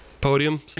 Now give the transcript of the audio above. Podium